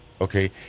okay